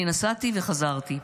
אני נסעתי וחזרתי.